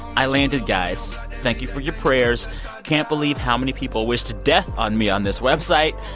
i landed, guys. thank you for your prayers can't believe how many people wished death on me on this website.